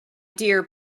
dear